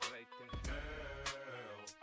Girl